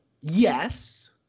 yes